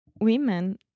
women